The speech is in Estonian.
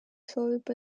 soovib